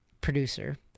producer